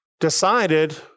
decided